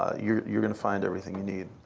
ah you're you're going to find everything you need.